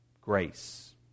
grace